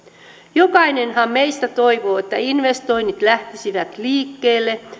jokainenhan meistä toivoo että investoinnit lähtisivät liikkeelle